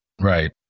Right